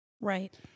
Right